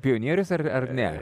pionierius ar ar ne